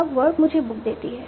अब वर्ब मुझे बुक देती है